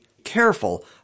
careful